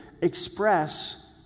express